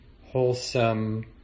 wholesome